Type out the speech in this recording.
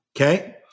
Okay